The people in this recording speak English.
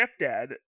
stepdad